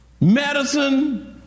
medicine